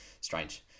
strange